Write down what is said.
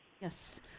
Yes